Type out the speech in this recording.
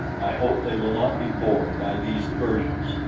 i hope they will not be bored by these diversions,